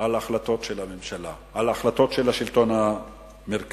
על החלטות של הממשלה, על החלטות של השלטון המרכזי.